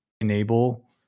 enable